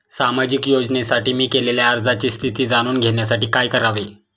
सामाजिक योजनेसाठी मी केलेल्या अर्जाची स्थिती जाणून घेण्यासाठी काय करावे?